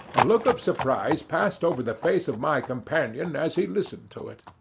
a look of surprise passed over the face of my companion as he listened to it.